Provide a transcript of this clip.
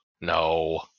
No